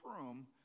room